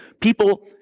People